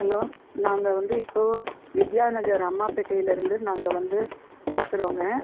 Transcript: hello நாங்கள் வந்து இப்போது வித்யாநகர் அம்மாபேட்டைலேருந்து நாங்கள் வந்து பேசுகிறோங்க